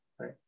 right